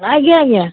ଆଜ୍ଞା ଆଜ୍ଞା